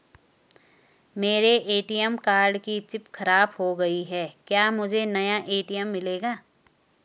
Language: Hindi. मेरे ए.टी.एम कार्ड की चिप खराब हो गयी है क्या मुझे नया ए.टी.एम मिलेगा?